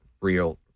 real